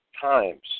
times